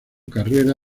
carrera